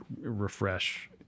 refresh